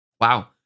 wow